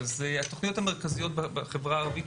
התוכניות המרכזיות בחברה הערבית,